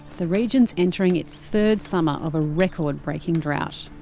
the region is entering its third summer of a record-breaking drought.